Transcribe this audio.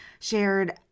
shared